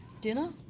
dinner